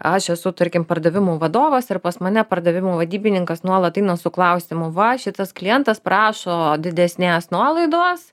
aš esu tarkim pardavimų vadovas ir pas mane pardavimų vadybininkas nuolat eina su klausimu va šitas klientas prašo didesnės nuolaidos